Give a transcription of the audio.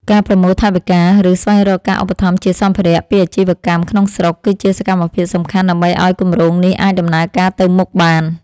ការប្រមូលថវិកា ឬស្វែងរកការឧបត្ថម្ភជាសម្ភារៈពីអាជីវកម្មក្នុងស្រុក គឺជាសកម្មភាពសំខាន់ដើម្បីឱ្យគម្រោងនេះអាចដំណើរការទៅមុខបាន។